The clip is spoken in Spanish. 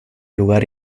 lugar